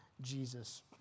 Jesus